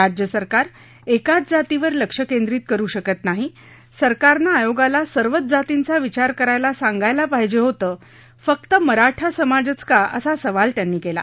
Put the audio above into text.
राज्य सरकार एकाच जातीवर लक्ष केंद्रीत करु शकत नाही सरकारनं आयोगाला सर्वच जातींचा विचार करायला सांगायला पाहिजे होतं फक्त मराठा समाजच का असा सवाल त्यांनी केला